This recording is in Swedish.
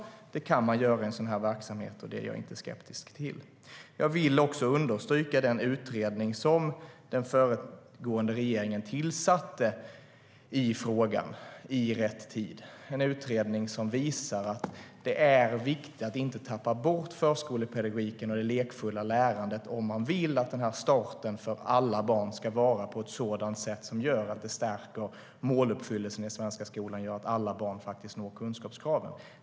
Det kan man göra i en sådan här verksamhet, och det är jag inte skeptisk till. Jag vill understryka den utredning som den föregående regeringen tillsatte i frågan, I rätt tid. Den visar att det är viktigt att inte tappa bort förskolepedagogiken och det lekfulla lärandet, om man vill att starten för alla barn ska vara på ett sådant sätt att den stärker måluppfyllelsen i den svenska skolan och gör att alla barn når kunskapskraven.